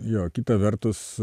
jo kita vertus